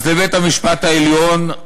אז בית-המשפט העליון,